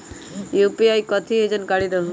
UPI कथी है? जानकारी दहु